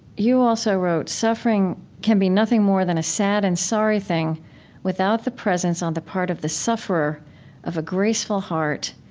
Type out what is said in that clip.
you also wrote, suffering can be nothing more than a sad and sorry thing without the presence on the part of the sufferer of a graceful heart,